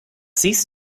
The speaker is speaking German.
siehst